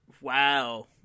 Wow